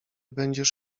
będziesz